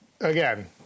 again